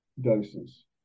doses